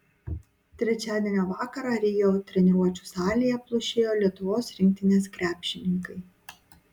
trečiadienio vakarą rio treniruočių salėje plušėjo lietuvos rinktinės krepšininkai